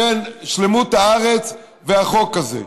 בין שלמות הארץ והחוק הזה.